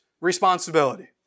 responsibility